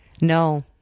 No